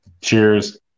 Cheers